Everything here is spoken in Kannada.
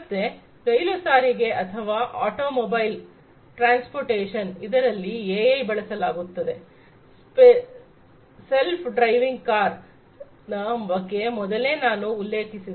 ಮತ್ತೆ ರೈಲು ಸಾರಿಗೆ ಅಥವಾ ಆಟೋಮೊಬೈಲ್ ಟ್ರಾನ್ಸ್ಪೋರ್ಟಷನ್ ಇತರರಲ್ಲಿ ಎಐಬಳಸಲಾಗುತ್ತದೆ ಸೆಲ್ಫ್ ಡ್ರೈವಿಂಗ್ ಕಾರ್ ನ ಬಗ್ಗೆ ಮೊದಲೇ ನಾನು ಉಲ್ಲೇಖಿಸಿದೆ